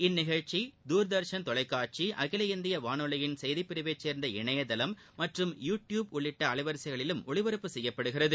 இந்நிகழ்ச்சியை தர்தஷன் தொலைக்காட்சி அகில இந்திய வானொலியின் செய்தி பிரிவைச் சேர்ந்த இணையதளம் மற்றும் யூ டியூப் உள்ளிட்ட அலைவரிசையிலும் ஒலிப்பரப்பு செய்யப்படுகிறது